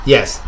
Yes